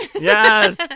Yes